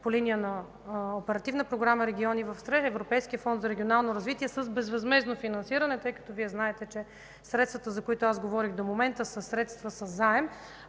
по линия на Оперативна програма „Региони” в Европейския фонд за регионално развитие с безвъзмездно финансиране, тъй като Вие знаете, че средствата, за които говорих до момента, са средства със заем.